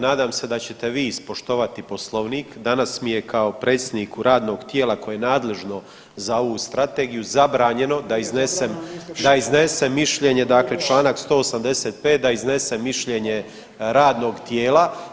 Nadam se da ćete vi ispoštovati poslovnik, danas mi je kao predsjedniku radnog tijela koje je nadležno za ovu strategiju zabranjeno da iznesem mišljenje dakle čl. 185. da iznesem mišljenje radnog tijela.